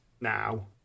now